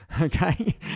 okay